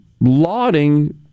lauding